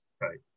Right